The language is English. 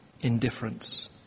indifference